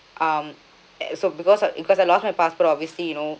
um and so because of because I lost my passport obviously you know